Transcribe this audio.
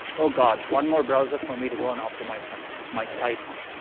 oh god, one more browser for me to go and optimize my site on.